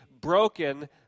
broken